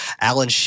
Alan